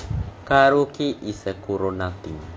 karaoke is a corona thing